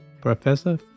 Professor